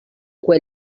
quel